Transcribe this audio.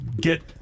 get